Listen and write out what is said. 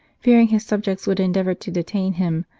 fearing his subjects would endeavour to detain him,